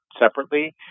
separately